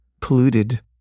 polluted